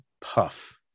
puff